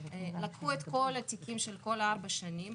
לקחו את כל התיקים של כל הארבע שנים,